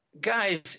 Guys